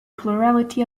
plurality